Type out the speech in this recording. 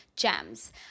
gems